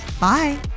Bye